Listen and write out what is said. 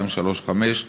5235,